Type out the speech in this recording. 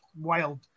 wild